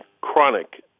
chronic